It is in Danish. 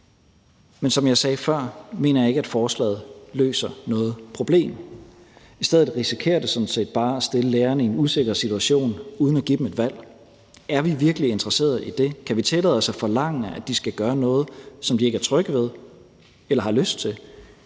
men som jeg sagde før, mener jeg ikke, at forslaget løser noget problem. I stedet risikerer det sådan set bare at stille lærerne i en usikker situation uden at give dem et valg. Er vi en virkelig interesseret i det? Kan vi tillade os at forlange, at de skal gøre noget, som de ikke er trygge ved eller har lyst til?